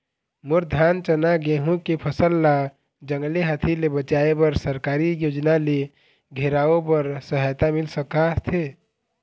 मोर धान चना गेहूं के फसल ला जंगली हाथी ले बचाए बर सरकारी योजना ले घेराओ बर सहायता मिल सका थे?